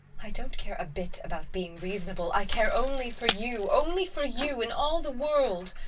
i don't care a bit about being reasonable! i care only for you! only for you in all the world!